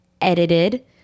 edited